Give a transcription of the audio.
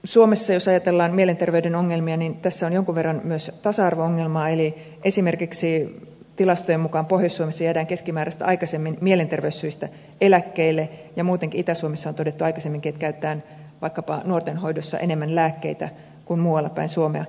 suomessa jos ajatellaan mielenterveyden ongelmia tässä on jonkun verran myös tasa arvo ongelmaa eli esimerkiksi tilastojen mukaan pohjois suomessa jäädään keskimääräistä aikaisemmin mielenterveyssyistä eläkkeelle ja muutenkin itä suomessa on todettu aikaisemminkin että käytetään vaikkapa nuorten hoidossa enemmän lääkkeitä kuin muualla päin suomea